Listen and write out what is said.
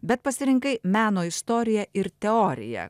bet pasirinkai meno istoriją ir teoriją